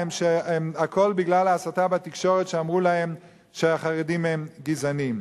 הכול בגלל הסתה בתקשורת שאמרו להם שהחרדים הם גזענים.